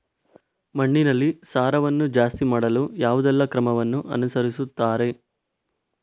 ಮಣ್ಣಿನಲ್ಲಿ ಸಾರವನ್ನು ಜಾಸ್ತಿ ಮಾಡಲು ಯಾವುದೆಲ್ಲ ಕ್ರಮವನ್ನು ಅನುಸರಿಸುತ್ತಾರೆ